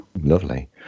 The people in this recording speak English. Lovely